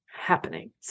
happening